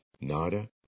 Nada